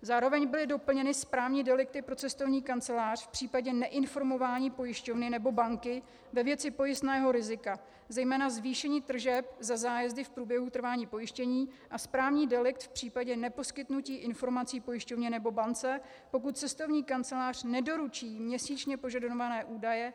Zároveň byly doplněny správní delikty pro cestovní kancelář v případě neinformování pojišťovny nebo banky ve věci pojistného rizika, zejména zvýšení tržeb za zájezdy v průběhu trvání pojištění, a správní delikt v případě neposkytnutí informací pojišťovně nebo bance, pokud cestovní kancelář nedoručí měsíčně požadované údaje.